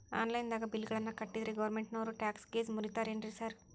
Online ದಾಗ bill ಗಳನ್ನಾ ಕಟ್ಟದ್ರೆ ಗೋರ್ಮೆಂಟಿನೋರ್ ಟ್ಯಾಕ್ಸ್ ಗೇಸ್ ಮುರೇತಾರೆನ್ರಿ ಸಾರ್?